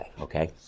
okay